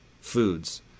foods